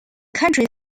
county